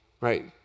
Right